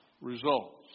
results